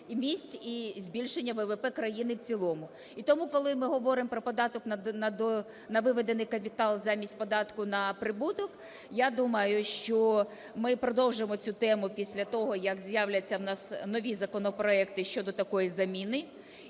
місць і збільшення ВВП країни в цілому. І тому, коли ми говоримо про податок на виведений капітал замість податку на прибуток, я думаю, що ми продовжимо цю тему після того, як з'являться у нас нові законопроекти щодо такої заміни.